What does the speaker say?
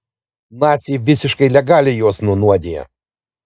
naciai visiškai legaliai juos nunuodija